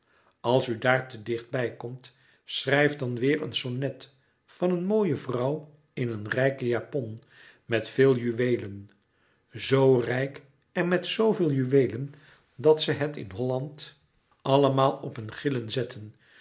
als u daar te dicht bij komt schrijf dan weêr een sonnet van een mooie vrouw in een rijke japon met veel juweelen z rijk en met zooveel juweelen dat ze het in holland allemaal op een gillen zetten